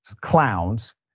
clowns